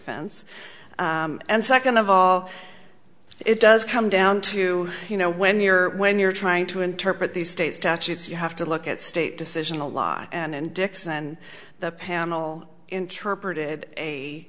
offense and second of all it does come down to you know when you're when you're trying to interpret the state statutes you have to look at state decision the law and dixon and the panel interpreted a